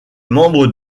membre